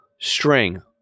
string